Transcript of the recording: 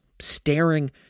staring